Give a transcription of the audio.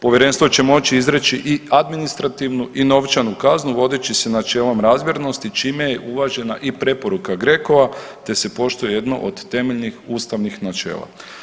Povjerenstvo će moći izreći i administrativnu i novčanu kaznu vodeći se načelom razmjernosti čime je uvažena i preporuka GRECO-a te se poštuje jedno od temeljnih ustavnih načela.